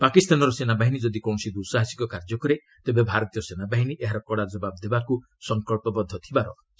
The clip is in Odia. ପାକିସ୍ତାନର ସେନାବାହିନୀ ଯଦି କୌଣସି ଦ୍ୟୁସାହସିକ କାର୍ଯ୍ୟ କରେ ତେବେ ଭାରତୀୟ ସେନାବାହିନୀ ଏହାର କଡ଼ା ଜବାବ ଦେବାକୁ ସଂକଳ୍ପବଦ୍ଧ ଥିବାର ସେ କହିଛନ୍ତି